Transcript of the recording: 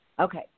Okay